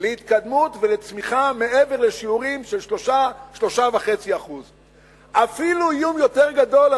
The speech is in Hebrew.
להתקדמות ולצמיחה מעבר לשיעורים של 3% 3.5%. אפילו איום יותר גדול,